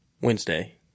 Wednesday